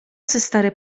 stary